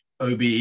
obe